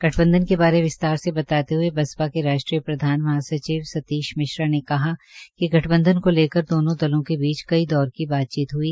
गठबंधन के बारे में विस्तार से बताते हुए बसपा के राष्ट्रीय प्रधान ने कहा कि गठबंधन को लेकर दोना दलों के बीच कई दौर की बातचीत हुई